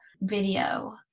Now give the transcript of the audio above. video